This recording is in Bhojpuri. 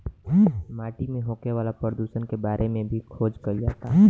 माटी में होखे वाला प्रदुषण के बारे में भी खोज कईल जाता